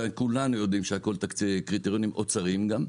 הרי, כולנו יודעים שהכל קריטריונים אוצריים גם,